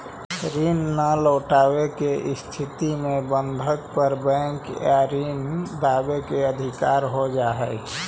ऋण न लौटवे के स्थिति में बंधक पर बैंक या ऋण दावे के अधिकार हो जा हई